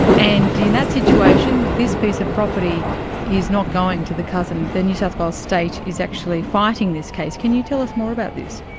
and in that situation, this piece of property is not going to the cousin, the new south wales state is actually fighting this case. can you tell us more about this?